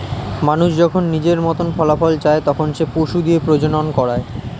মানুষ যখন নিজের মতন ফলাফল চায়, তখন সে পশু দিয়ে প্রজনন করায়